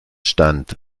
stand